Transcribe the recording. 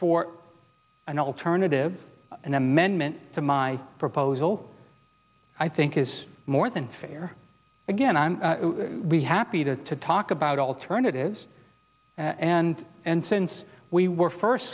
for an alternative an amendment to my proposal i think is more than fair again i'm happy to talk about alternatives and since we were first